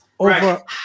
Over